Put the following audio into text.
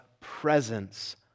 presence